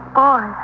boy